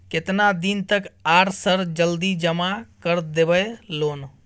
केतना दिन तक आर सर जल्दी जमा कर देबै लोन?